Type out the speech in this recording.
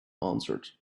answered